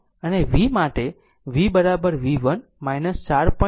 686 volt v2 2